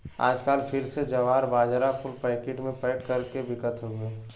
आजकल फिर से जवार, बाजरा कुल पैकिट मे पैक कर के बिकत हउए